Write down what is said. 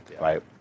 right